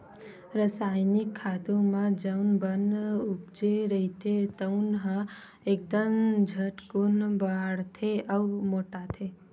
रसायनिक खातू म जउन बन उपजे रहिथे तउन ह एकदम झटकून बाड़थे अउ मोटाथे